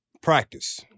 practice